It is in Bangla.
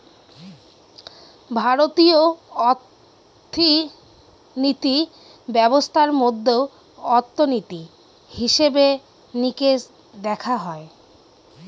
ভারতীয় অর্থিনীতি ব্যবস্থার মধ্যে অর্থনীতি, হিসেবে নিকেশ দেখা হয়